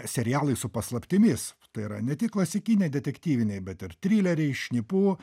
serialai su paslaptimis tai yra ne tik klasikiniai detektyviniai bet ir trileriai šnipų